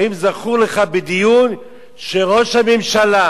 האם זכור לך בדיון שראש הממשלה,